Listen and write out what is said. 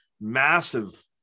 massive